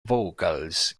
vocals